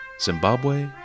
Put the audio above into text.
Zimbabwe